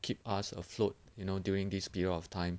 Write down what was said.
keep us afloat you know during this period of time